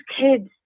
kids